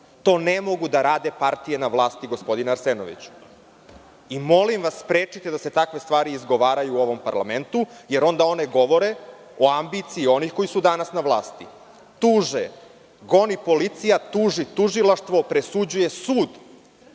To ne mogu da rade partije na vlasti, gospodine Arsenoviću. Molim vas sprečite da se takve stvari izgovaraju u ovom parlamentu, jer onda one govore o ambiciji onih koji su danas na vlasti. Goni policija, tuži tužilaštvo, presuđuje sud,